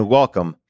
welcome